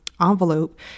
envelope